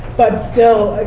but still,